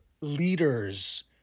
leaders